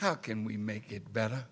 how can we make it better